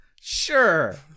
Sure